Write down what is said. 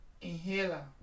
inhaler